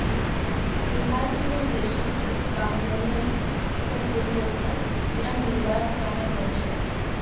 विकासशील देशत उत्पादेर स्तर गिरले त ऋण लिबार कारण बन छेक